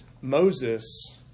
Moses